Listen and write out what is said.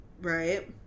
Right